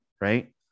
right